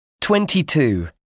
Twenty-two